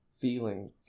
feeling